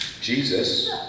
jesus